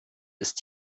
ist